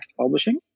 Publishing